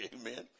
Amen